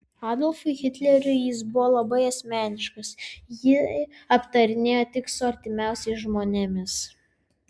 adolfui hitleriui jis buvo labai asmeniškas jį aptarinėjo tik su artimiausiais žmonėmis